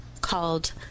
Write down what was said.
called